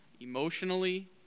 emotionally